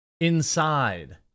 inside